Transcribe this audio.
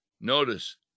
Notice